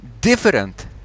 different